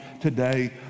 today